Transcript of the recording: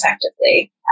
effectively